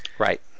Right